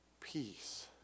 peace